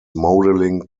modelling